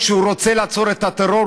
כשהוא רוצה לעצור את הטרור,